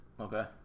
Okay